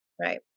Right